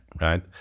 right